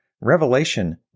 Revelation